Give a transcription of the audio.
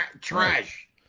trash